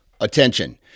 Attention